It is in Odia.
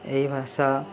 ଏହି ଭାଷା